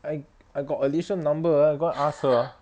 I I got alicia number ah I go ask her ah